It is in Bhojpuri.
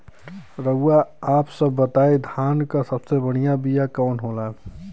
रउआ आप सब बताई धान क सबसे बढ़ियां बिया कवन होला?